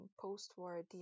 post-war